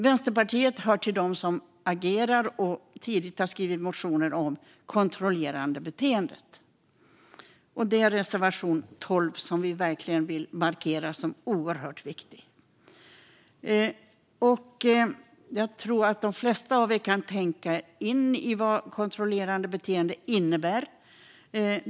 Vänsterpartiet hör till dem som agerar, och vi har tidigt väckt motioner om kontrollerande beteende. Vi vill markera reservation 12 som oerhört viktig. Jag tror att de flesta av er kan sätta sig in i vad kontrollerande beteende innebär.